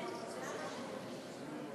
חברי הכנסת,